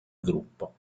gruppo